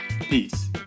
Peace